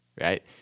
right